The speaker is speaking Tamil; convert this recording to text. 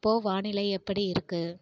இப்போ வானிலை எப்படி இருக்கு